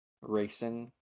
racing